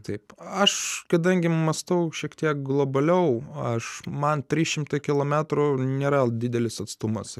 taip aš kadangi mąstau šiek tiek globaliau aš man tris šimtai kilometrų nėra didelis atstumas